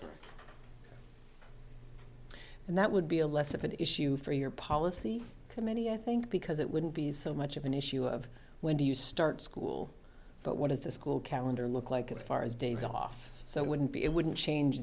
said and that would be a less of an issue for your policy committee i think because it wouldn't be so much of an issue of when do you start school but what is the school calendar look like as far as days off so wouldn't be it wouldn't change